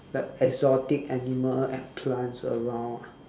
the exotic animal and plants around ah